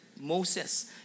Moses